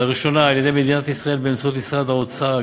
לראשונה על-ידי מדינת ישראל באמצעות משרד האוצר,